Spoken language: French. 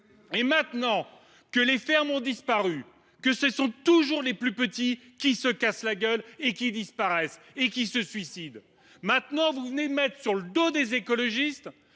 Et maintenant que les fermes ont disparu, que ce sont toujours les plus petits qui se cassent la gueule, qui disparaissent ou se suicident, vous mettez sur le dos des écologistes